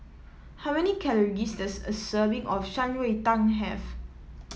how many calories does a serving of Shan Rui Tang have